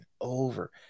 over